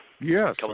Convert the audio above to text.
Yes